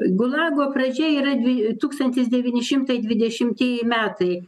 gulago pradžia yra dvi tūkstantis devyni šimtai dvidešimieji metai